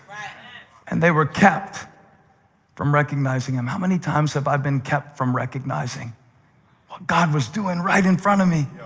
and they were kept from recognizing him. how many times have i been kept from recognizing what god was doing right in front of me?